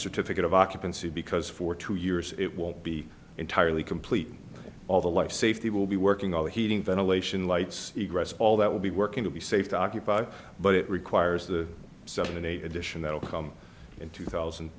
certificate of occupancy because for two years it will be entirely complete all the life safety will be working all the heating ventilation lights egress all that will be working to be safe to occupy but it requires the seven and eight addition that will come in two thousand